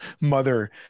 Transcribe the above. mother